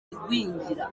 igwingira